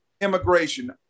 immigration